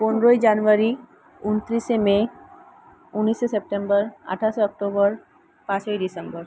পনেরোই জানুয়ারি ঊনত্রিশে মে উনিশে সেপ্টেম্বর আঠাশে অক্টোবর পাঁচই ডিসেম্বর